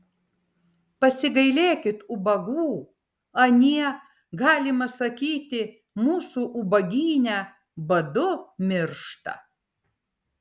pasigailėkit ubagų anie galima sakyti mūsų ubagyne badu miršta